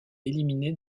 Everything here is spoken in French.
éliminée